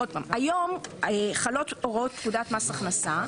עוד פעם: היום חלות הוראות פקודת מס הכנסה,